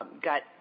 got